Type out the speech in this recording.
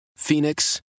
Phoenix